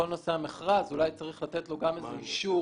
כל נושא המכרז שאולי צריך לתת לו איזה אישור